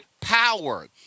power